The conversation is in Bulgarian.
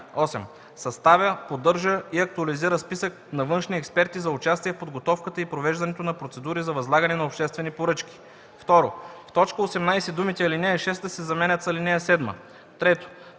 „8. съставя, поддържа и актуализира списък на външни експерти за участие в подготовката и провеждането на процедури за възлагане на обществени поръчки;”. 2. В т. 18 думите „ал. 6” се заменят с „ал. 7”. 3.